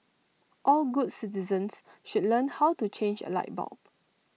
all good citizens should learn how to change A light bulb